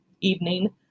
evening